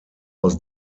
aus